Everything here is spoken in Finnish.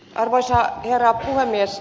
arvoisa herra puhemies